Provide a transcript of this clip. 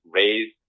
raise